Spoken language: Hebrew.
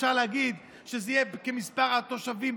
אפשר להגיד שזה יהיה כמספר התושבים.